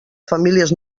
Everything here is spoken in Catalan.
famílies